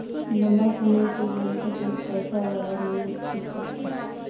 लंबा समय के लेल कतेक पैसा वाला निवेश ठीक होते?